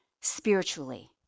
spiritually